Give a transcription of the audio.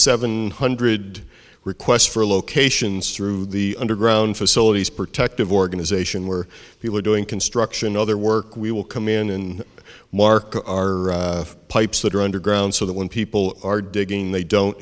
seven hundred requests for locations through the underground facilities protective organization where people are doing construction other work we will come in and mark our pipes that are underground so that when people are digging